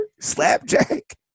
Slapjack